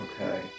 Okay